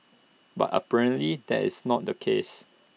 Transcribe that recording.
but apparently that is not the case